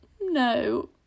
no